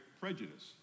prejudice